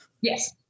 Yes